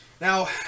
Now